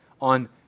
on